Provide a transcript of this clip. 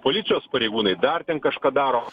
policijos pareigūnai dar ten kažką daro